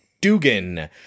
Dugan